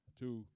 two